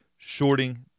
shorting